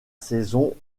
saison